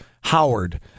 Howard